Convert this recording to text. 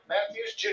Matthews